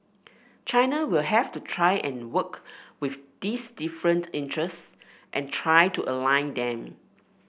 China will have to try and work with these different interests and try to align them